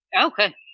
okay